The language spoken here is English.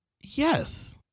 Yes